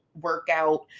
workout